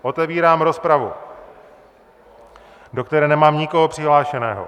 Otevírám rozpravu, do které nemám nikoho přihlášeného.